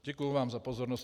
Děkuji vám za pozornost.